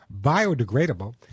biodegradable